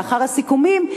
לאחר הסיכומים,